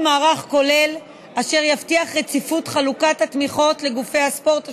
מערך כולל אשר יבטיח את רציפות חלוקת התמיכות לגופי ספורט השונים,